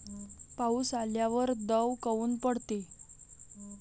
पाऊस आल्यावर दव काऊन पडते?